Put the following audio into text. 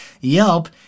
Yelp